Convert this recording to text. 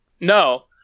No